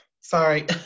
sorry